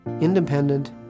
independent